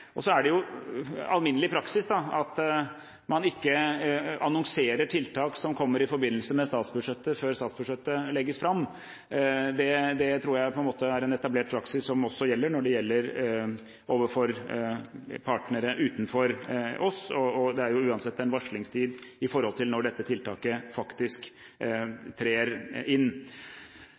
Så er det jo alminnelig praksis at man ikke annonserer tiltak som kommer i forbindelse med statsbudsjettet, før statsbudsjettet legges fram. Det tror jeg er en etablert praksis som også gjelder overfor partnere utenfor Norge. Det er jo uansett en varslingstid for når dette tiltaket faktisk trer inn.